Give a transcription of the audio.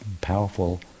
powerful